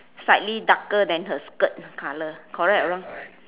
slightly darker than her skirt colour correct or wrong